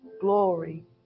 glory